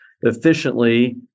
efficiently